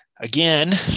again